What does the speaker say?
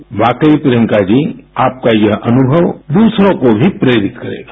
उन्होंने वाकई प्रियंका जी आपका यह अनुभव दूसरों को भी प्रेरित करेगा